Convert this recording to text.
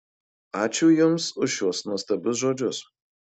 ačiū jums už šiuos nuostabius žodžius